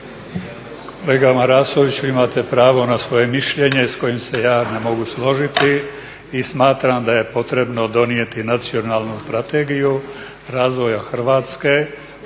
Kolega Marasoviću imate pravo na svoje mišljenje s kojim se ja ne mogu složiti i smatram da je potrebno donijeti Nacionalnu strategiju razvoja Hrvatske,